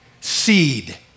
seed